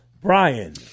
Brian